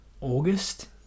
August